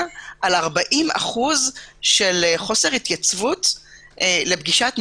על 40% חוסר התייצבות לפגישת מהו"ת.